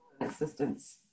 assistance